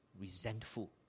resentful